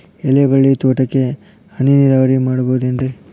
ಎಲೆಬಳ್ಳಿ ತೋಟಕ್ಕೆ ಹನಿ ನೇರಾವರಿ ಮಾಡಬಹುದೇನ್ ರಿ?